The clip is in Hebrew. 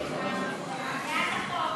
להלן תוצאות